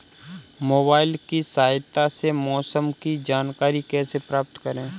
Mobile की सहायता से मौसम की जानकारी कैसे प्राप्त करें?